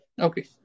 Okay